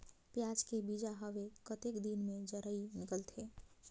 पियाज के बीजा हवे कतेक दिन मे जराई निकलथे?